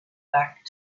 back